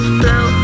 blow